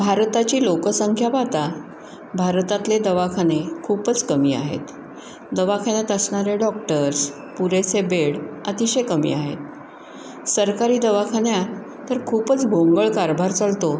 भारताची लोकसंख्या पाहता भारतातले दवाखाने खूपच कमी आहेत दवाखान्यात असणारे डॉक्टर्स पुरेसे बेड अतिशय कमी आहेत सरकारी दवाखान्यात तर खूपच भोंगळ कारभार चालतो